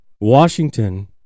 washington